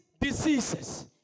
diseases